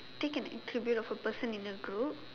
take an interview of a person in a group